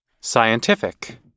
Scientific